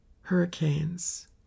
hurricanes